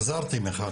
חזרתי מיכל.